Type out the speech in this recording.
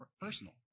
personal